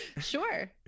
Sure